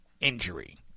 injury